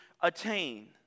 attain